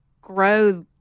grow